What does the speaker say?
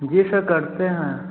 जी sir करते हैं